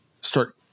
start